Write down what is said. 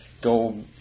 go